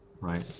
right